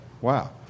Wow